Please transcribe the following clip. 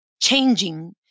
changing